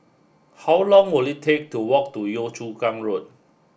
how long will it take to walk to Yio Chu Kang Road